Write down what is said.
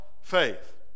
faith